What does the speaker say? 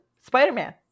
Spider-Man